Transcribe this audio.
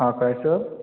हां काय सं